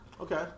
Okay